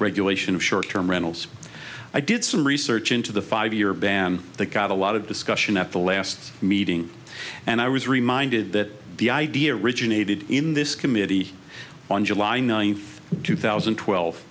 regulation of short term rentals i did some research into the five year ban that got a lot of discussion at the last meeting and i was reminded that the idea originated in this committee on july ninth two thousand and twelve